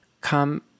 come